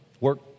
work